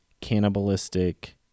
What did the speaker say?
cannibalistic